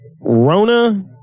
Rona